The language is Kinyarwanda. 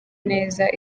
neza